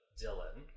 dylan